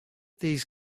these